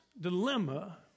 dilemma